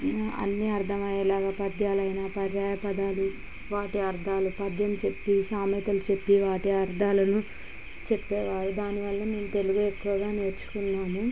అన్నీ అర్ధమయ్యేలాగా పద్యాలైన పర్యాయపదాలు వాటి అర్థాలు పద్యం చెప్పి సామెతలు చెప్పి వాటి అర్ధాలను చెప్పేవారు దానివల్ల మేము తెలుగు ఎక్కువగా నేర్చుకున్నాము